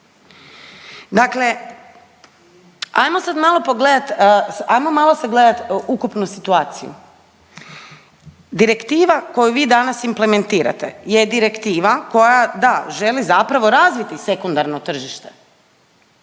hajmo malo sagledati ukupnu situaciju. Direktiva koju vi danas implementirate je direktiva da, želi zapravo razviti sekundarno tržište.